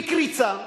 בקריצה,